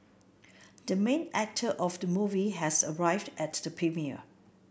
the main actor of the movie has arrived at the premiere